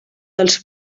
dels